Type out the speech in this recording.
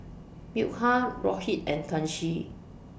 Milkha Rohit and Kanshi